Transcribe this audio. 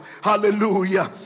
hallelujah